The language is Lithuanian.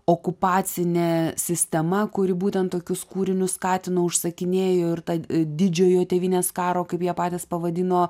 okupacinė sistema kuri būtent tokius kūrinius skatino užsakinėjo ir tad didžiojo tėvynės karo kaip jie patys pavadino